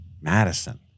Madison